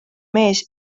mees